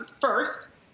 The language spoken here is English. First